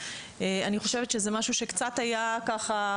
אני חושבת שזה משהו שקצת היה ככה.